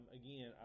again